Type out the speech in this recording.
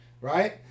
right